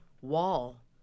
wall